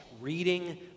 Reading